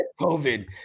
COVID